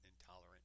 intolerant